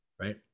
Right